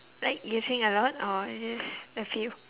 like you sing a lot or just a few